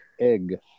Egg